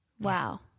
Wow